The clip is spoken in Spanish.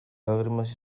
lágrimas